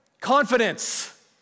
confidence